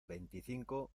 veinticinco